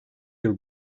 yıl